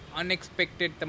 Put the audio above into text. unexpected